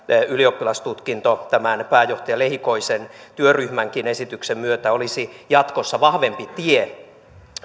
ylioppilastutkinto tämän puheenjohtaja lehikoisen työryhmänkin esityksen myötä olisi jatkossa vahvempi tie